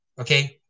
okay